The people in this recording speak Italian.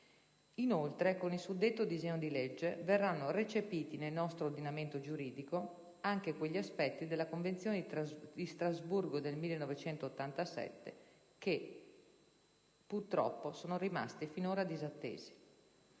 Inoltre, con il suddetto disegno di legge verranno recepiti nel nostro ordinamento giuridico anche quegli aspetti della Convenzione di Strasburgo del 1987, che purtroppo sono rimasti finora disattesi.